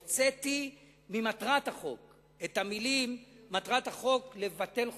הוצאתי ממטרת החוק את המלים "מטרת החוק לבטל חוקים".